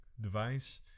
device